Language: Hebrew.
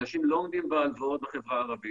אנשים לא עומדים בהלוואות בחברה הערבית.